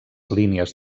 línies